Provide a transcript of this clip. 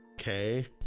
okay